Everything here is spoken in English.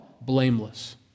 blameless